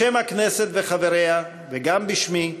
בשם הכנסת וחבריה וגם בשמי,